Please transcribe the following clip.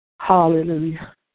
Hallelujah